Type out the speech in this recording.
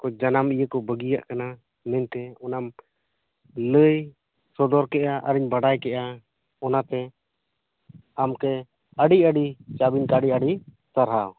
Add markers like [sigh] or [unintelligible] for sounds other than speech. ᱡᱟᱱᱟᱢ ᱤᱭᱟᱹ ᱠᱚ ᱵᱟᱹᱜᱤᱭᱟᱜ ᱠᱟᱱᱟ ᱢᱮᱱᱛᱮ ᱚᱱᱟᱢ ᱞᱟᱹᱭ ᱥᱚᱫᱚᱨ ᱠᱮᱫᱼᱟ ᱟᱨᱤᱧ ᱵᱟᱰᱟᱭ ᱠᱮᱫᱼᱟ ᱚᱱᱟᱛᱮ ᱟᱢ ᱠᱮ ᱟᱹᱰᱤ ᱟᱹᱰᱤ [unintelligible] ᱟᱹᱰᱤ ᱥᱟᱨᱦᱟᱣ